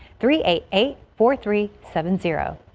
three, eight, eight, for three seven, zero,